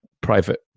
private